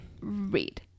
read